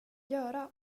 göra